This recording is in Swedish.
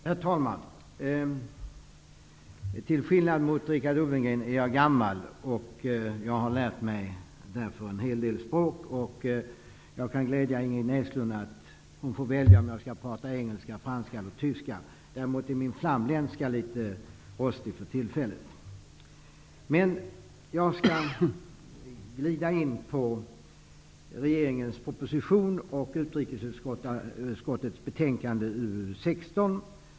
Herr talman! Till skillnad från Richard Ulfvengren är jag gammal och har lärt mig en hel del språk. Jag kan glädja Ingrid Näslund med att säga att hon får välja om jag skall tala engelska, franska eller tyska. Min flamländska är däremot något rostig för tillfället. Jag tänker nu tala om regeringens proposition och utrikesutskottets betänkande UU16.